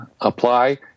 apply